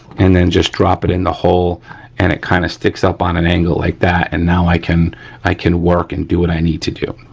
and then just drop it in the hole and it kind of sticks up on an angle like that and now i can i can work and do what i need to do,